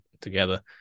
together